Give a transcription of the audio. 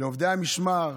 לעובדי המשמר,